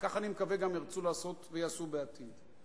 וכך, אני מקווה, גם ירצו לעשות ויעשו בעתיד.